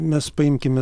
mes paimkime